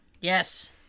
Yes